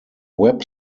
web